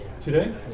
today